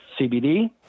CBD